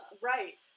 Right